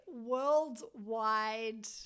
worldwide